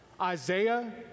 Isaiah